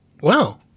Wow